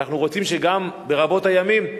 ואנחנו רוצים שגם ברבות הימים,